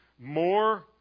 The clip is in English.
more